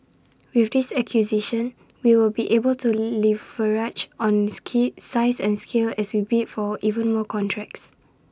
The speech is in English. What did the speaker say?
with this acquisition we will be able to leverage on ski size and scale as we bid for even more contracts